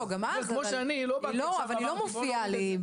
לא, גם אז אבל היא לא, אבל היא לא מופיעה לי.